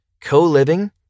Co-living